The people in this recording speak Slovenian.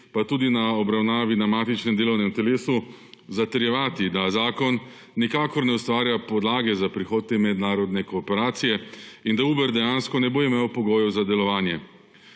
pa tudi na obravnavi na matičnem delovnem telesu zatrjevati, da zakon nikakor ne ustvarja podlage za prihod te mednarodne kooperacije in da Uber dejansko ne bo imel pogojev za delovanje.